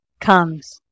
comes